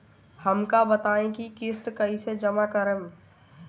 हम का बताई की किस्त कईसे जमा करेम?